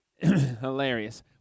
Hilarious